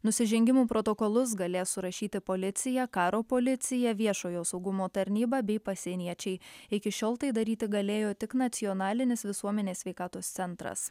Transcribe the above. nusižengimų protokolus galės surašyti policija karo policija viešojo saugumo tarnyba bei pasieniečiai iki šiol tai daryti galėjo tik nacionalinis visuomenės sveikatos centras